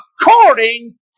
according